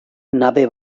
nabe